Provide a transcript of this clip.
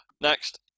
Next